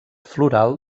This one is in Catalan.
floral